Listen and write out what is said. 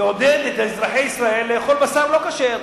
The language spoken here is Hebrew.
תעודד את אזרחי ישראל לאכול בשר לא כשר.